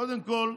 קודם כול,